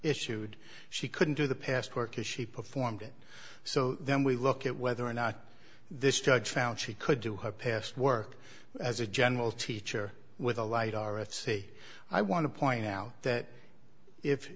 issued she couldn't do the past work if she performed it so then we look at whether or not this judge found she could do her past work as a general teacher with a light r f c i want to point out that if